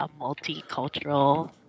multicultural